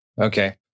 Okay